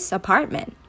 apartment